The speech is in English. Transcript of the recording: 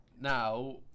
now